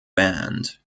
band